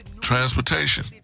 transportation